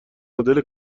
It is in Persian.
مدل